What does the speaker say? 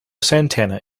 santana